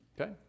Okay